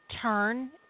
Turn